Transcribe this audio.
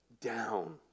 Down